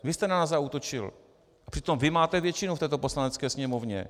Vy jste na nás zaútočil, přitom vy máte většinu v této Poslanecké sněmovně.